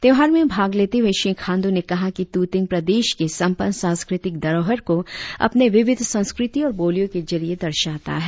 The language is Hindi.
त्योहार में भाग लेते हुए श्री खांडू ने कहा कि तूतिंग प्रदेश के संपन्न सांस्कृतिक धरोहर को अपने विविध संस्कृति और बोलियों के जरिए दर्शाता है